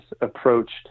approached